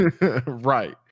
Right